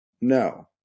no